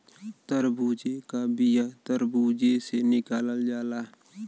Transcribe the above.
तरबूजे का बिआ तर्बूजे से निकालल जाला